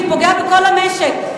הוא פוגע בכל המשק.